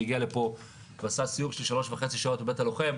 שהגיע לפה ועשה סיור של 3.5 שעות בבית הלוחם.